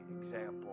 example